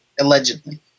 Allegedly